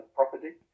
property